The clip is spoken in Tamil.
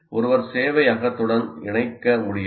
ஒருவர் சேவையகத்துடன் இணைக்க முடியவில்லை